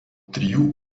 trijų